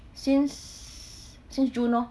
since since june lor